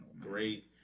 great